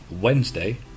Wednesday